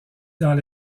dans